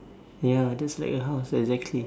ya that's like a house exactly